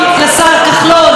לשר כחלון,